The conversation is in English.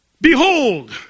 behold